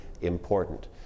important